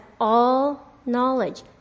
all-knowledge